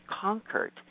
conquered